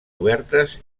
obertes